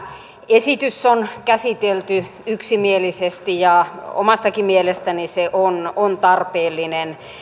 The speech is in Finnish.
esitys on käsitelty yksimielisesti ja omastakin mielestäni se on on tarpeellinen